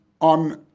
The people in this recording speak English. on